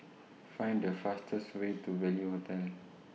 Find The fastest Way to Value Hotel